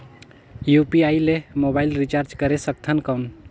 UPI ले mobile recharge करे सकथन कौन?